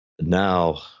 Now